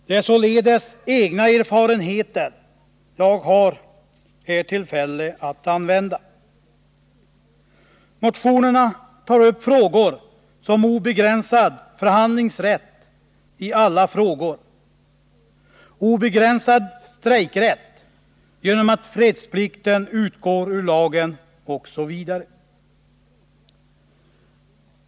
Det är således egna erfarenheter jag här har tillfälle att använda. Motionerna tar upp frågor som obegränsad förhandlingsrätt i alla frågor, obegränsad strejkrätt genom att fredsplikten utgår ur lagen osv.